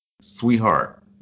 Sweetheart